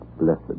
blessed